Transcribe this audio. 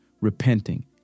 repenting